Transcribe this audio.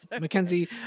Mackenzie